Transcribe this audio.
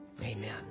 Amen